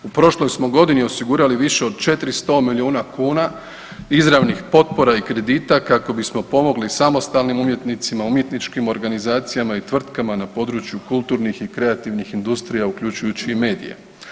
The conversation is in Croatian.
U prošloj smo godini osigurali više od 400 milijuna kuna izravnih potpora i kredita kako bismo pomogli samostalnim umjetnicima, umjetničkim organizacijama i tvrtkama na području kulturnih i kreativnih industrija uključujući i medije.